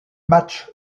match